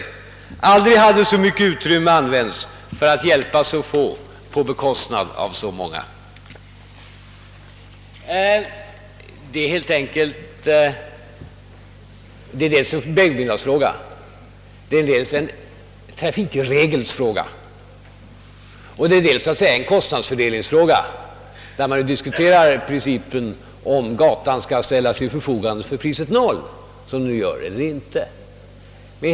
Aldrig hade så mycket utrymme använts för att hjälpa så få på bekostnad av så många.» Detta är dels en vägbyggnadsfråga, dels en trafikregelsfråga och dels en kostnadsfördelningsfråga, där diskussionen gäller om gatan, såsom nu är fallet, skall ställas till förfogande för priset noll eller inte.